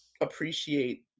appreciate